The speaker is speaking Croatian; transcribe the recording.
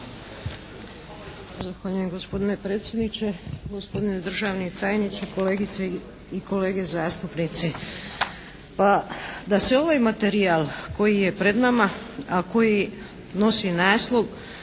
Zahvaljujem gospodine predsjedniče, gospodine državni tajniče, kolegice i kolege zastupnici. Pa, da se ovaj materijal koji je pred nama, a koji nosi naslov